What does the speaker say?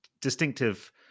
distinctive